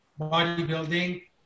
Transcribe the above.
bodybuilding